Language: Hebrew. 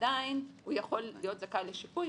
עדיין הוא יכול להיות זכאי לשיפוי,